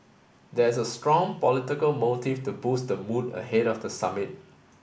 there is a strong political motive to boost the mood ahead of the summit